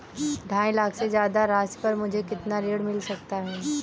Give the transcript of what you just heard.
ढाई लाख से ज्यादा राशि पर मुझे कितना ऋण मिल सकता है?